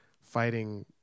fighting